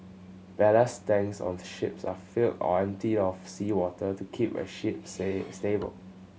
ballast tanks on the ships are filled or emptied of seawater to keep a ship stable